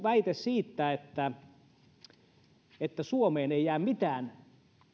väite siitä että että suomeen ei jää mitään